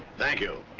thank you.